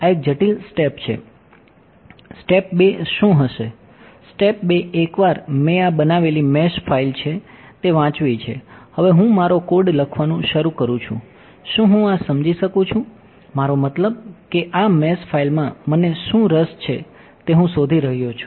step લખવાનું શરૂ કરું છું શું હું આ સમજી શકું છું મારો મતલબ કે આ મેશ ફાઇલમાં મને શું રસ છે તે હું શોધી રહ્યો છું